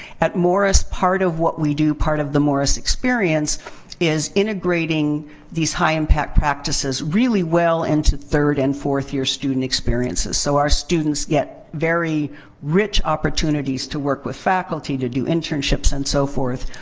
at morris, part of what we do, part of the morris experience is integrating these high impact practices really well into third and fourth year student experiences. so, our students get very rich opportunities to work with faculty, to do internships, and so forth.